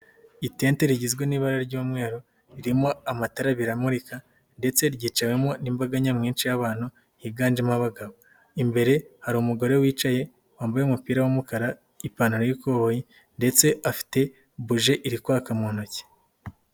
Itente rigizwe n'ibara ry'umweru ririmo amatara abiri amurika ndetse ryiciwemo n'imbaga nyamwinshi y'abantu higanjemo abagabo. Imbere hari umugore wicaye wambaye umupira w'umukara ipantaro y'ikoboyi ndetse afite buji iri kwaka mu ntoki.